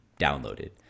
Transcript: downloaded